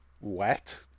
wet